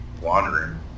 wandering